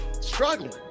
struggling